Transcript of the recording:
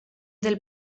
del